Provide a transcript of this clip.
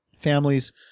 families